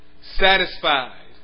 Satisfied